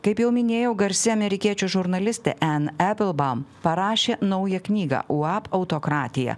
kaip jau minėjau garsi amerikiečių žurnalistė en epilbam parašė naują knygą uab autokratija